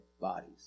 bodies